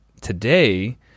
today